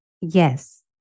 yes